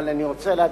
אבל אני רוצה להדגיש: